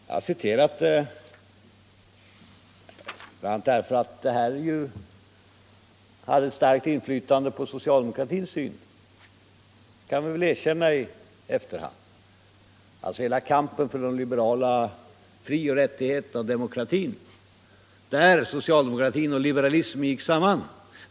Jag har citerat detta bl.a. därför att det här ju hade ett starkt inflytande — det kan vi väl erkänna i efterhand — på socialdemokratins syn, alltså hela kampen för de liberala frioch rättigheterna och demokratin, där socialdemokratin och liberalismen gick samman.